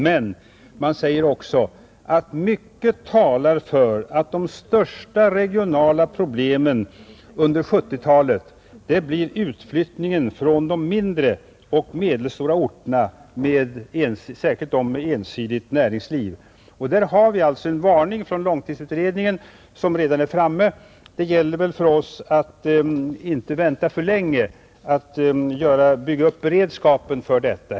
Men man framhåller också att mycket talar för att de största regionala problemen under 1970-talet blir utflyttningen från de mindre och medelstora orterna, särskilt de med ensidigt näringsliv. Där har vi alltså en varning från långtidsutredningen. Det gäller för oss att inte vänta för länge med att bygga upp beredskapen för detta.